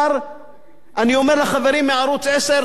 אני אומר לחברים מערוץ-10: צריך לסגור את הערוץ.